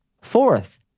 Fourth